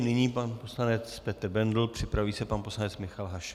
Nyní pan poslanec Petr Bendl, připraví se pan poslanec Michal Hašek.